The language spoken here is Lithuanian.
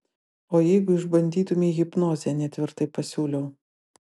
o jeigu išbandytumei hipnozę netvirtai pasiūliau